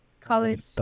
college